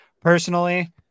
personally